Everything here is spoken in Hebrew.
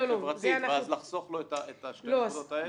חברתית ואז לחסוך לו את שתי נקודות האלה?